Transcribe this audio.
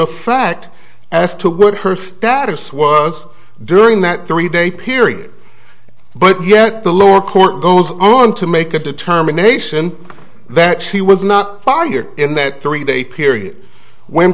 the fact as to good her status was during that three day period but yet the lower court goes on to make a determination that she was not fired in that three day period when